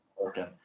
working